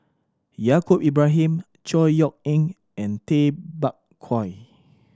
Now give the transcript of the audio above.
Yaacob Ibrahim Chor Yeok Eng and Tay Bak Koi